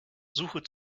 suche